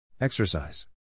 Exercise